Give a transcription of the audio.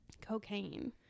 cocaine